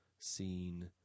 seen